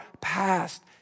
past